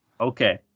Okay